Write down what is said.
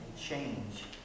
change